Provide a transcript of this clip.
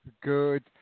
Good